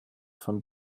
von